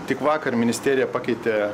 tik vakar ministerija pakeitė